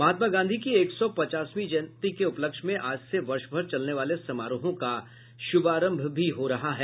महात्मा गांधी की एक सौ पचासवीं जयंती के उपलक्ष्य में आज से वर्षभर चलने वाले समारोहों का शुभारंभ भी हो रहा है